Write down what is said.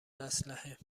اسلحه